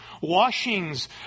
washings